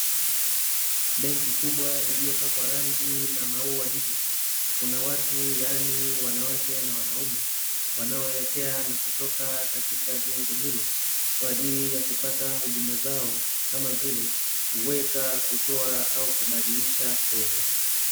Benki kubwa iliopakwa rangi na maua nje, kuna watu yani wanawake na wanaume, wanaoelekea na kutoka katika jengo hilo kwa ajili ya kupata huduma zao kama vile kuweka, kutoa au kubadilisha fedha.